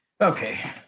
Okay